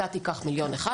אתה תיקח מיליון אחד,